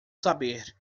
saber